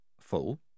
full